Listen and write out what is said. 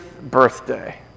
birthday